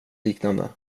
liknande